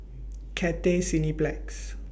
Cathay Cineplex